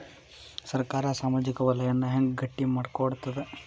ಸರ್ಕಾರಾ ಸಾಮಾಜಿಕ ವಲಯನ್ನ ಹೆಂಗ್ ಗಟ್ಟಿ ಮಾಡ್ಕೋತದ?